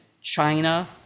China